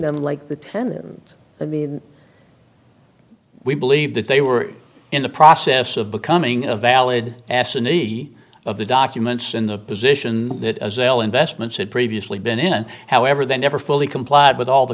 them like that i mean we believe that they were in the process of becoming a valid absentee of the documents in the position that investments had previously been in however they never fully complied with all the